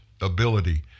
ability